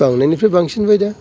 बांनायनिफ्राय बांसिनबाय दा